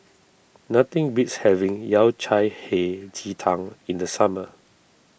nothing beats having Yao Cai Hei Ji Tang in the summer